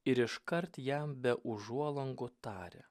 ir iškart jam be užuolankų taria